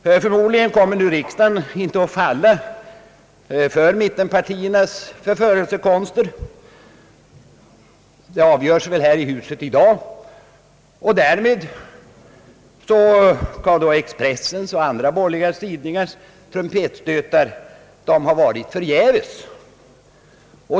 Förmodligen kommer riksdagen inte att falla för mittenpartiernas förförelsekonster — det avgörs väl här i huset i dag — och därmed har Expressens och andra borgerliga tidningars trumpetstötar varit förgäves.